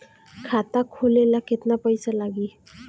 खाता खोले ला केतना पइसा लागी?